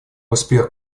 успех